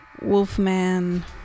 Wolfman